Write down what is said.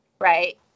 right